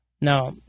Now